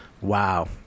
Wow